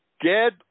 Get